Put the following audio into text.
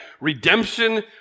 redemption